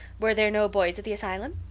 were there no boys at the asylum?